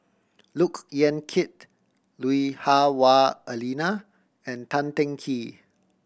Look Yan Kit Lui Hah Wah Elena and Tan Teng Kee